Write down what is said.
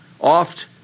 oft